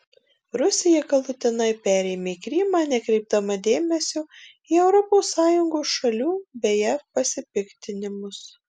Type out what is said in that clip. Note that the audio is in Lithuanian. rusija galutinai perėmė krymą nekreipdama dėmesio į europos sąjungos šalių bei jav pasipiktinimus